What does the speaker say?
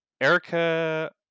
Erica